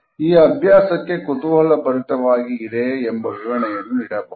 ಈ ಅಭ್ಯಾಸಕ್ಕೆ ಕುತೂಹಲಭರಿತವಾಗಿ ಇದೆ ಎಂಬ ವಿವರಣೆಯನ್ನು ನೀಡಬಹುದು